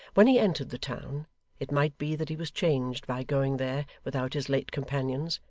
when he entered the town it might be that he was changed by going there without his late companions,